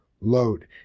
load